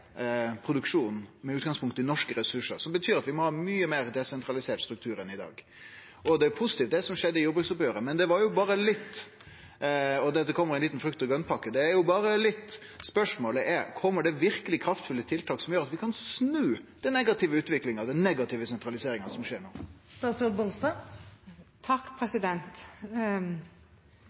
med utgangspunkt i norske ressursar – som betyr at vi må ha ein mykje meir desentralisert struktur enn i dag. Det er positivt, det som skjedde i jordbruksoppgjeret – og det at det kom ei lita frukt og grønt-pakke – men det er jo berre litt. Spørsmålet er: Kjem det verkeleg kraftfulle tiltak som gjer at vi kan snu den negative utviklinga, den negative sentraliseringa, som skjer